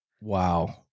Wow